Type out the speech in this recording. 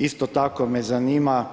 Isto tako me zanima